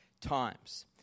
times